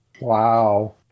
wow